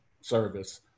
service